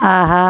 ஆஹா